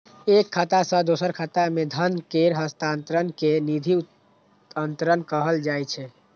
एक खाता सं दोसर खाता मे धन केर हस्तांतरण कें निधि अंतरण कहल जाइ छै